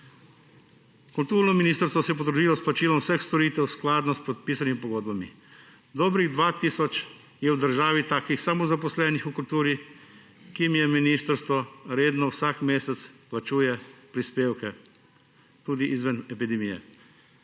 Kulturno ministrstvo se je potrudilo s plačilom vseh storitev skladno s podpisanim pogodbami. Dobrih 2 tisoč je v državni takih samozaposlenih v kulturi, ki jim ministrstvo redno vsak mesec plačuje prispevke tudi izven epidemije.